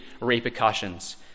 repercussions